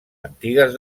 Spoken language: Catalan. antigues